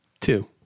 Two